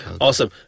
Awesome